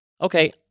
Okay